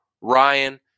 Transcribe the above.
Ryan